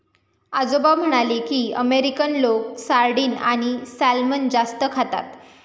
आजोबा म्हणाले की, अमेरिकन लोक सार्डिन आणि सॅल्मन जास्त खातात